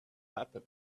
happen